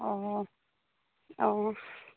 অঁ অঁ